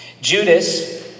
Judas